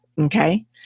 Okay